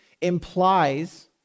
implies